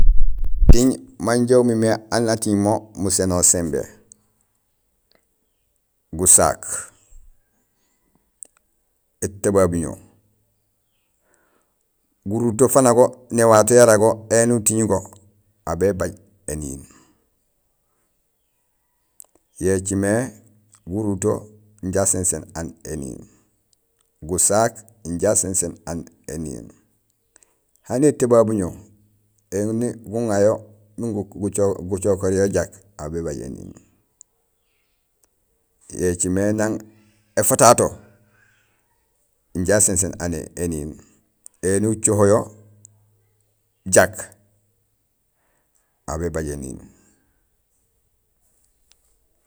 Muting maan umimé aan ating mo musénool simbé: gusaak, étubabiño, guruto fanago néwato yara go éni uting go aw bébaj éniin. Yo écimé guruto inja asinséén aan éniin, gusaak inja asinséén aan éniin, hani étubabiño éni guŋa yo miin gucokoor yo jak aw bébaj éniin, yo écimé nang éfatato inja asinséén aan éniin. Éni ucoho yo jaj aw bébaj éniin